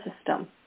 system